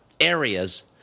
areas